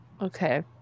okay